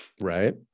right